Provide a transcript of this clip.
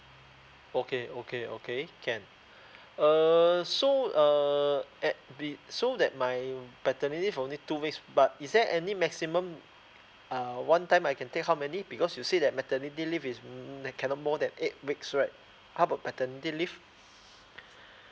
okay okay okay can err so err at be so that my paternity leave only two weeks but is there any maximum err one time I can take how many because you say that maternity leave is cannot more than eight weeks right how about paternity leave